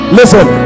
listen